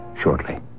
shortly